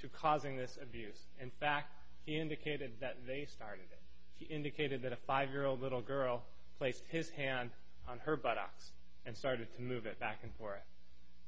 to causing this abuse in fact he indicated that they started he indicated that a five year old little girl placed his hand on her buttocks and started to move it back and forth